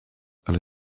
ale